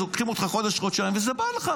אז לוקחים אותך חודש-חודשיים וזה בא אליך,